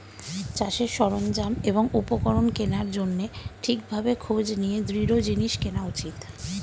চাষের সরঞ্জাম এবং উপকরণ কেনার জন্যে ঠিক ভাবে খোঁজ নিয়ে দৃঢ় জিনিস কেনা উচিত